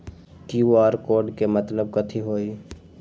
QR code के मतलब कथी होई?